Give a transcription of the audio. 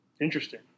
Interesting